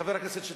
חבר הכנסת שטרית,